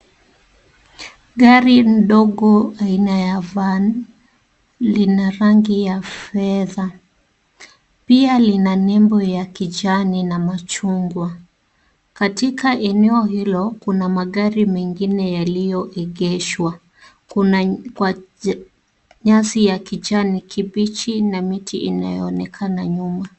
Gari ndogo aina ya van lina rangi ya fedha pia ina nembo ya kijani na machungwa. Katika eneo hilo kuna magari mengine yaliyoegeshwa kwa nyasi ya kijani kibichi na miti inayoonekana nyuma.